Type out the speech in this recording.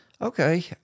Okay